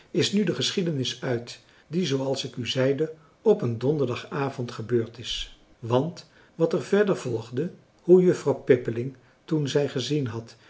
is nu de geschiedenis uit die zooals ik u zeide op een donderdagavond gebeurd is want wat er verder volgde hoe juffrouw pippeling toen zij gezien had